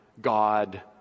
God